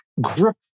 grip